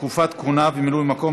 תקופת כהונה ומילוי מקום),